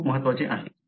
ते खूप महत्वाचे आहे